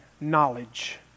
knowledge